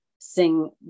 sing